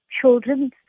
Children